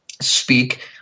speak